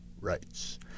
rights